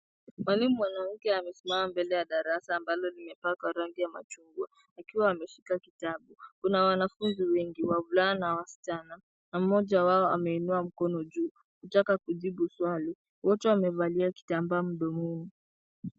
Mwalimu mwanamke amesimama mbele ya darasa, ambalo imepakwa rangi ya machungwa, akiwa ameshika kitabu. kuna wanafunzi wengi, wavulana na wasichana, na mmoja wao ameinua mkono juu, akitaka kujibu swali. Wote wamevalia kitambaa mdomoni.